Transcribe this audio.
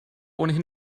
ohnehin